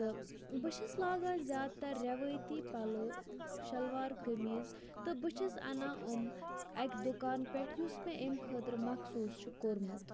بہٕ چھَس لاگان زیادٕ تَر رِوٲیتی پَلو شَلوار قمیٖض تہٕ بہٕ چھَس اَنان یِم اَکہِ دُکان پٮ۪ٹھ یُس مےٚ امہٕ خٲطرٕ مَخصوص چھُ کوٚرمُت